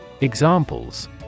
Examples